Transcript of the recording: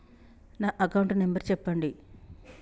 నా account number చెప్పండి?